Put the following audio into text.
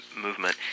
movement